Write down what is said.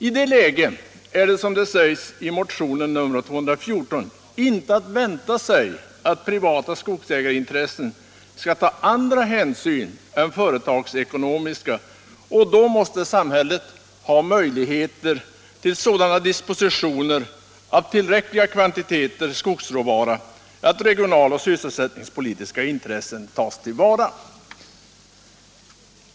I det läget kan man, som det sägs i motionen 214, inte vänta sig att privata skogsägarintressen skall ta andra hänsyn än företagsekonomiska, och då måste samhället ha möjligheter till sådana dispositioner av tillräckliga kvantiteter skogsråvara att regionaloch sysselsättningspolitiska intressen tas till vara.